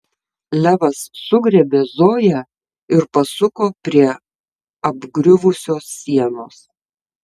levas sugriebė zoją ir pasuko prie apgriuvusios sienos